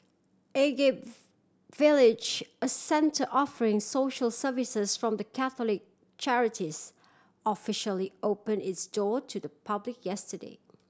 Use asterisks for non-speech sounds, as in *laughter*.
Agape *unintelligible* Village a centre offering social services from the Catholic charities officially open its door to the public yesterday